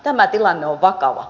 tämä tilanne on vakava